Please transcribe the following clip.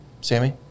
Sammy